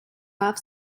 half